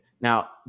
Now